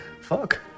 fuck